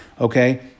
Okay